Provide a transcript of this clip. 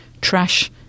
trash